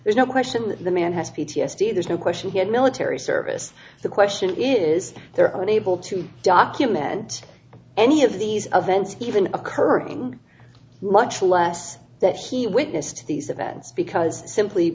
there's no question that the man has p t s d there's no question he had military service the question is there are unable to document any of these events even occurring much less that he witnessed these events because simply